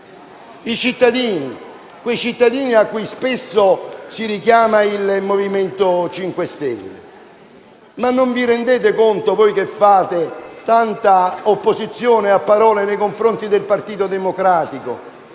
ai cittadini, a quei cittadini cui spesso si richiama il Movimento 5 stelle. Non vi rendete conto, voi che fatte tanta opposizione a parole nei confronti del Partito Democratico,